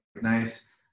nice